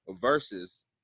versus